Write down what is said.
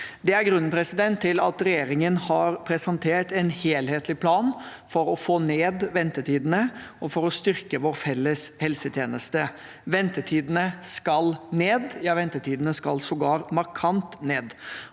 Det er grunnen til at regjeringen har presentert en helhetlig plan for å få ned ventetidene og for å styrke vår felles helsetjeneste. Ventetidene skal ned – ja, ventetidene skal sågar markant ned.